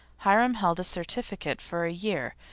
hiram held a certificate for a year,